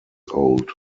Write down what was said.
old